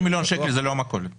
20 מיליון שקל זו לא המכולת.